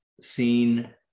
seen